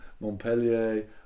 montpellier